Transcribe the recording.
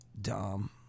Dumb